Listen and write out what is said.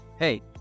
Hey